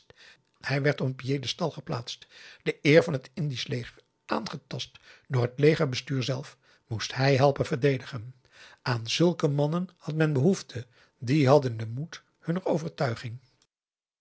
t a l geplaatst de eer van het indisch leger aangetast door het legerbestuur zelf moest hij helpen verdedigen aan zulke mannen had men behoefte die hadden den moed hunner overtuiging